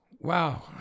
Wow